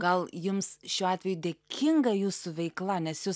gal jums šiuo atveju dėkinga jūsų veikla nes jūs